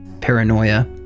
Paranoia